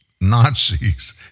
Nazis